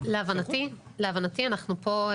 להבנתי אנחנו פה,